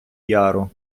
яру